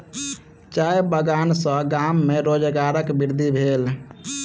चाय बगान सॅ गाम में रोजगारक वृद्धि भेल